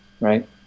right